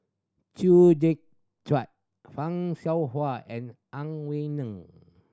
Chew Joo Chiat Fan Shao Hua and Ang Wei Neng